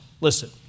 Listen